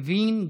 יריב לוין,